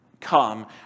come